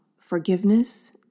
forgiveness